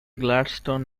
gladstone